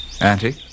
Auntie